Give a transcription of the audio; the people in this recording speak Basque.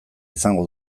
izango